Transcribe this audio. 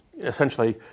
essentially